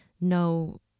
no